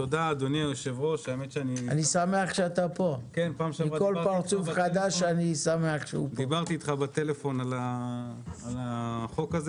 תודה אדוני היושב ראש האמת שאני דיברתי איתך בטלפון על החוק הזה